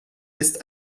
ist